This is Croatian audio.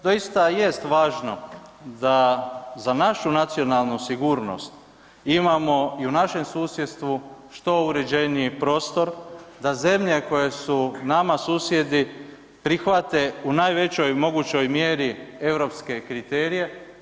Doista jest važno da za našu nacionalnu sigurnost imamo i u našem susjedstvu što uređeniji prostor, da zemlje koje su nama susjedi prihvate u najvećoj mogućoj mjeri europske kriterije.